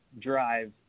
drive